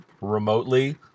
remotely